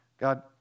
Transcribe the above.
God